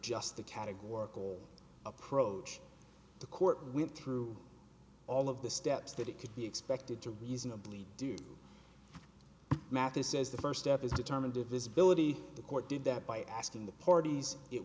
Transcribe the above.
just a categorical approach the court went through all of the steps that it could be expected to reasonably do mathis says the first step is determined divisibility the court did that by asking the parties it